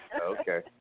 Okay